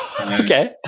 okay